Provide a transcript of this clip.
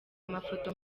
amafoto